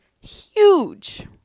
huge